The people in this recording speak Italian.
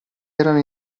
erano